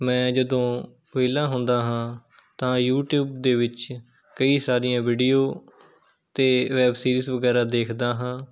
ਮੈਂ ਜਦੋਂ ਵਿਹਲਾ ਹੁੰਦਾ ਹਾਂ ਤਾਂ ਯੂਟਿਊਬ ਦੇ ਵਿੱਚ ਕਈ ਸਾਰੀਆਂ ਵੀਡਿਓ ਅਤੇ ਵੈਬ ਸੀਰੀਜ਼ ਵਗੈਰਾ ਦੇਖਦਾ ਹਾਂ